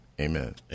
amen